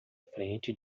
frente